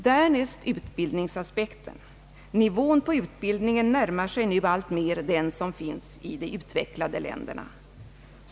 Därnäst utbildningsaspekten: nivån på utbildningen närmar sig nu alltmer den som finns i de utvecklade länderna.